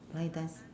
line dance